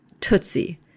Tootsie